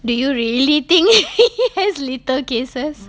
do you really think he has little cases